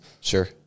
Sure